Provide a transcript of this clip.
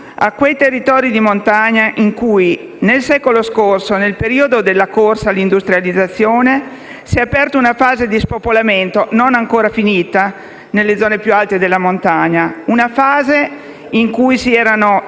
a quei territori di montagna in cui, nel secolo scorso, nel periodo della corsa all'industrializzazione, si è aperta una fase di spopolamento - non ancora finita - nelle zone più alte della montagna, una fase in cui si erano